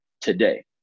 today